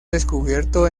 descubierto